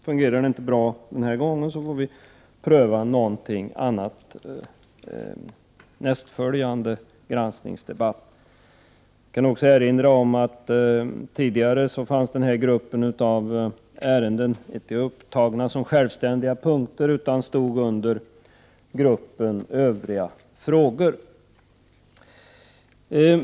Fungerar det inte bra den här gången, får vi pröva något annat vid nästföljande granskningsdebatt. Jag kan också erinra om att den här gruppen ärenden inte tidigare fanns upptagna som självständiga punkter utan stod under övriga frågor.